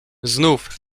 znów